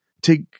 take